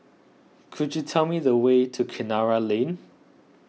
could you tell me the way to Kinara Lane